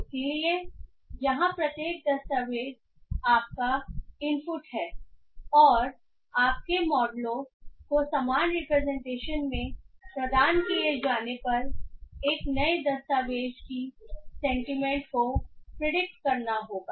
इसलिए यहां प्रत्येक दस्तावेज़ आपका इनपुट है और आपके मॉडलों को समान रिप्रेजेंटेशन में प्रदान किए जाने पर एक नए दस्तावेज़ की सेंटीमेंट को प्रिडिक्ट करना होगा